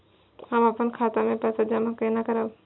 हम अपन खाता मे पैसा जमा केना करब?